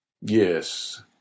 Yes